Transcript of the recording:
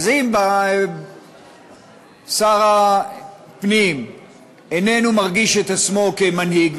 אם שר הפנים איננו מרגיש את עצמו כמנהיג,